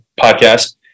podcast